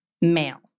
male